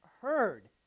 heard